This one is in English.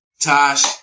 Tosh